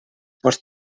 pots